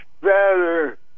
better